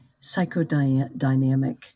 psychodynamic